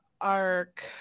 arc